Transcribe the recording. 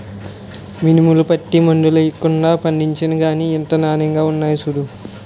మినుములు, పత్తి మందులెయ్యకుండా పండించేను గనకే ఇంత నానెంగా ఉన్నాయ్ సూడూ